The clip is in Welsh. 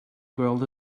gweld